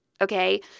Okay